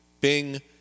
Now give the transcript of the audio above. Bing